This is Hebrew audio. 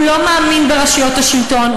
הוא לא מאמין ברשויות השלטון,